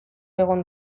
egon